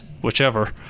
whichever